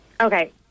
okay